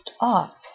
up